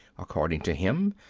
according to him,